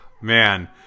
man